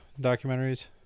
documentaries